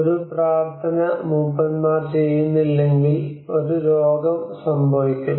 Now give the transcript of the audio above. ഒരു പ്രാർത്ഥന മൂപ്പന്മാർ ചെയ്യുന്നില്ലെങ്കിൽ ഒരു രോഗം സംഭവിക്കും